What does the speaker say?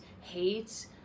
hate